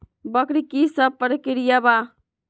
वक्र कि शव प्रकिया वा?